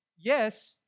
yes